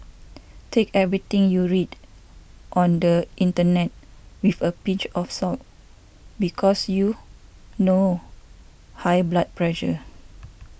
take everything you read on the internet with a pinch of salt because you know high blood pressure